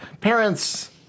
Parents